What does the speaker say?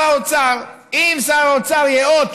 אם שר האוצר ייאות